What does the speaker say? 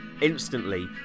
instantly